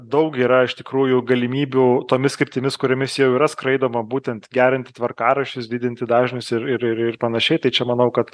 daug yra iš tikrųjų galimybių tomis kryptimis kuriomis jau yra skraidoma būtent gerinti tvarkaraščius didinti dažnius ir ir ir ir panašiai tai čia manau kad